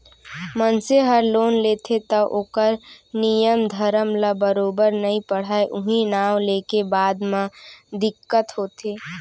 मनसे हर लोन लेथे तौ ओकर नियम धरम ल बरोबर नइ पढ़य उहीं नांव लेके बाद म दिक्कत होथे